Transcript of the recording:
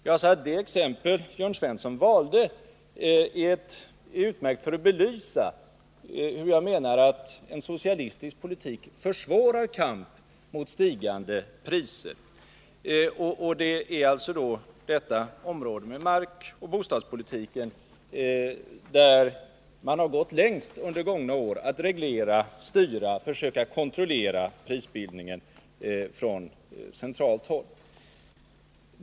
Jag sade att det exempel som Jörn Svensson valde var utmärkt för att belysa hur en socialistisk politik försvårar kamp mot stigande priser. Det är på markoch bostadspolitikens område som man under gångna år gått längst när det gällt att från centralt håll reglera, styra och försöka kontrollera prisbildningen.